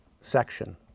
section